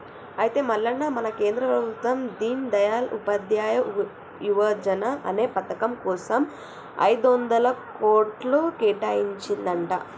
అయితే మల్లన్న మన కేంద్ర ప్రభుత్వం దీన్ దయాల్ ఉపాధ్యాయ యువజన అనే పథకం కోసం ఐదొందల కోట్లు కేటాయించిందంట